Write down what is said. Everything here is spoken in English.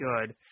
good